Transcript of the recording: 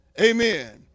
amen